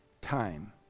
time